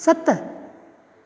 सत